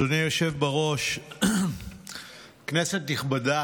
אדוני היושב בראש, כנסת נכבדה,